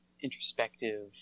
introspective